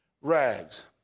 rags